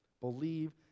Believe